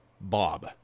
Bob